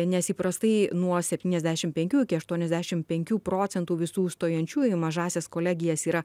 nes įprastai nuo septyniasdešimt penkių iki aštuoniasdešimt penkių procentų visų stojančiųjų į mažąsias kolegijas yra